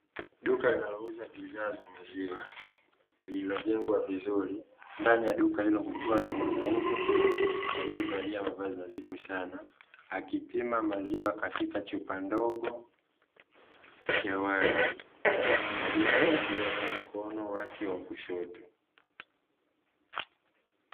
Duka linalouza bidhaa za maziwa lililojengwa vizuri, ndani ya duka hilo kukiwa na mwanaume aliyevalia mavazi nadhifu sana akipima maziwa katika chupa ndogo ya wazi, aliyeshikilia kwa mkono wake wa kushoto.